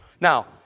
Now